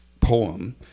poem